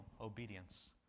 obedience